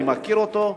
אני מכיר אותו,